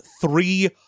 three